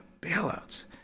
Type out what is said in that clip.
bailouts